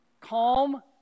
calm